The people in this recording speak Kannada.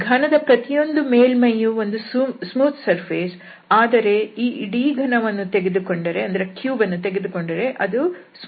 ಘನದ ಪ್ರತಿಯೊಂದು ಮೇಲ್ಮೈಯೂ ಒಂದು ಸ್ಮೂತ್ ಸರ್ಫೇಸ್ ಆದರೆ ಈ ಇಡೀ ಘನವನ್ನು ತೆಗೆದುಕೊಂಡರೆ ಅದು ಸ್ಮೂತ್ ಸರ್ಫೇಸ್ ಆಗಿಲ್ಲ